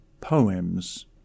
poems